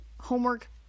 homework